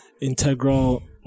integral